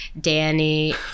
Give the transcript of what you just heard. Danny